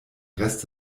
rest